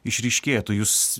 išryškėtų jūs